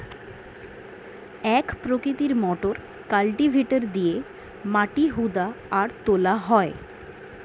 এক প্রকৃতির motor cultivator দিয়ে মাটি হুদা আর তোলা হয়